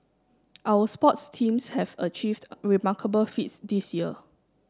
our sports teams have achieved remarkable feats this year